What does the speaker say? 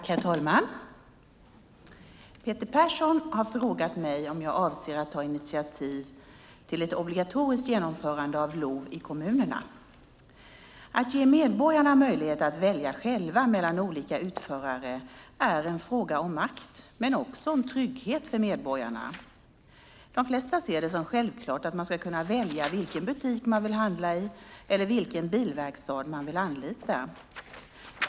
Herr talman! Peter Persson har frågat mig om jag avser att ta initiativ till ett obligatoriskt genomförande av LOV i kommunerna. Att ge medborgarna möjlighet att välja själva mellan olika utförare är en fråga om makt men också om trygghet för medborgarna. De flesta ser det som självklart att man ska kunna välja vilken butik man vill handla i eller vilken bilverkstad man vill anlita.